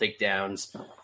takedowns